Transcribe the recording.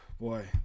boy